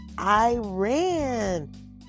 Iran